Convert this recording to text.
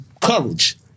courage